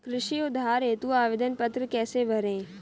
कृषि उधार हेतु आवेदन पत्र कैसे भरें?